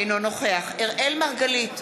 אינו נוכח אראל מרגלית,